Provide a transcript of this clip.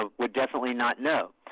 ah would definitely not know.